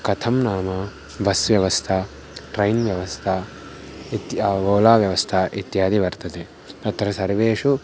कथं नाम बस् व्यवस्था ट्रैन् व्यवस्था इत्यादि ओला व्यवस्था इत्यादि वर्तते तत्र सर्वेषु